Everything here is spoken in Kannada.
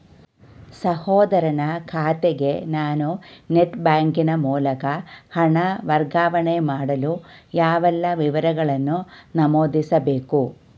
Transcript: ಸಹೋದರನ ಖಾತೆಗೆ ನಾನು ನೆಟ್ ಬ್ಯಾಂಕಿನ ಮೂಲಕ ಹಣ ವರ್ಗಾವಣೆ ಮಾಡಲು ಯಾವೆಲ್ಲ ವಿವರಗಳನ್ನು ನಮೂದಿಸಬೇಕು?